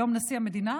היום נשיא המדינה,